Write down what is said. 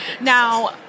Now